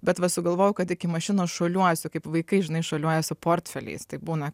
bet va sugalvojau kad iki mašinos šuoliuosiu kaip vaikai žinai šuoliuoja su portfeliais tai būna